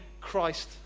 Christ